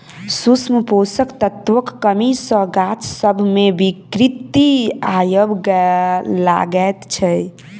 सूक्ष्म पोषक तत्वक कमी सॅ गाछ सभ मे विकृति आबय लागैत छै